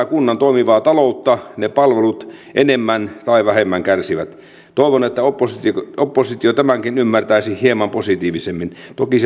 sitä kunnan toimivaa taloutta palvelut enemmän tai vähemmän kärsivät toivon että oppositio oppositio tämänkin ymmärtäisi hieman positiivisemmin toki